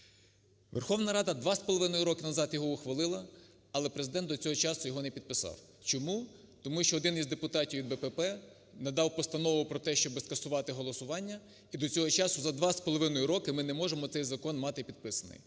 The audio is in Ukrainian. Верховна Рада його два з половиною роки його назад ухвалила, але Президент до цього часу його не підписав. Чому? Тому що один із депутатів БПП надав постанову про те, щоб скасувати голосування і до цього часу за два з половиною роки ми не можемо цей закон мати підписаний.